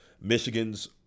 Michigan's